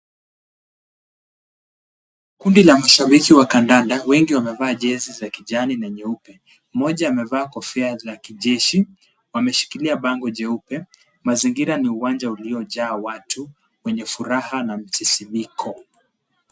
Kundi la mashabiki wa kandanda, wengi wamevaa jezi za kijani na nyeupe. Mmoja amevaa kofia la kijeshi. Wameshikilia bango jeupe. Mazingira ni uwanja uliojaa watu wenye furaha na msisimuko.